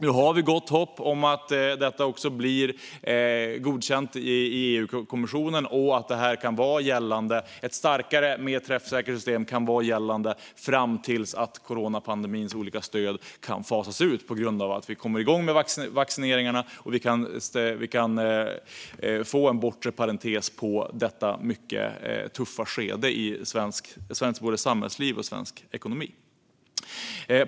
Nu har vi gott hopp om att detta också blir godkänt i EU-kommissionen och att ett starkare och mer träffsäkert system kan vara gällande fram till dess att coronapandemins olika stöd kan fasas ut, då vi är igång med vaccineringarna och kan få en bortre parentes på detta tuffa skede i svenskt samhällsliv och svensk ekonomi.